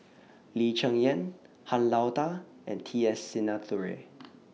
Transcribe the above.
Lee Cheng Yan Han Lao DA and T S Sinnathuray